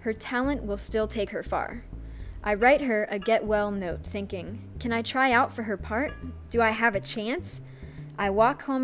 her talent will still take her far i write her a get well no thinking can i try out for her part do i have a chance i walk home